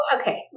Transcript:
Okay